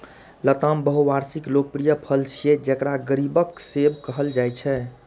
लताम बहुवार्षिक लोकप्रिय फल छियै, जेकरा गरीबक सेब कहल जाइ छै